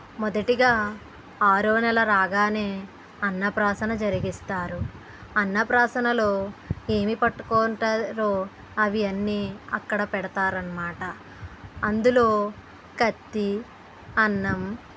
మొదటిగా ఆరో నెల రాగానే అన్నప్రాసన జరిగిస్తారు అన్నప్రాసనలో ఏమి పట్టుకుంటారో అవి అన్ని అక్కడ పెడతారు అన్నమాట అందులో కత్తి అన్నం